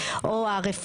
למולך.